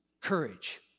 courage